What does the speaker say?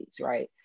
right